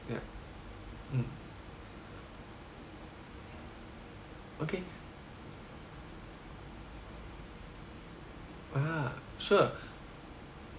ya mm okay ah sure